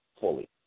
fully